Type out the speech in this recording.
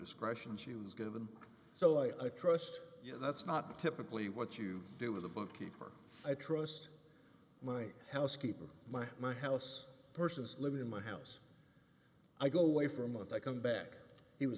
discretion she was given so i trust you know that's not typically what you do with a bookkeeper i trust my housekeeper mind my house persons living in my house i go away for a month i come back he was